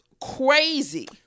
crazy